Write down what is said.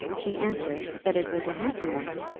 she answered, that it was a handsome ring,